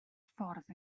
ffordd